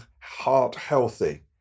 heart-healthy